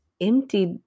emptied